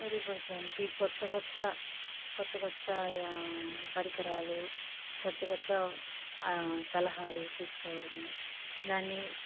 మెరుగుపరచడానికి కొత్త కొత్త కొత్త కొత్త పరికరాలు కొత్త కొత్త సలహాలు తీసుకోవడం దాన్ని